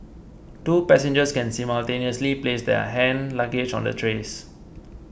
two passengers can simultaneously place their hand luggage on the trays